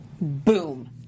Boom